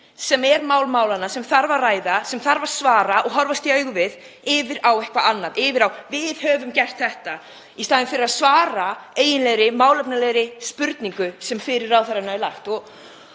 sem er mál málanna, sem þarf að ræða, sem þarf að svara og horfast í augu við, yfir á eitthvað annað, yfir á: Við höfum gert þetta, í staðinn fyrir að svara eiginlegri, málefnalegri spurningu sem fyrir ráðherra er